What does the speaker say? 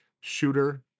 shooter